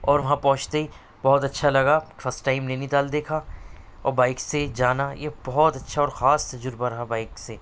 اور وہاں پہنچتے ہی بہت اچھا لگا فسٹ ٹائم نینی تال دیکھا اور بائک سے جانا یہ بہت اچھا اور خاص تجربہ رہا بائک سے